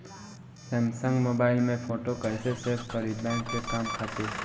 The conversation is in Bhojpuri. सैमसंग मोबाइल में फोटो कैसे सेभ करीं बैंक के काम खातिर?